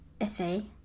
essay